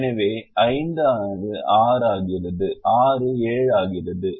எனவே 5 ஆனது 6 ஆகிறது 6 ஆனது 7 ஆகிறது